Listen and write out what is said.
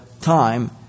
time